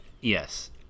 Yes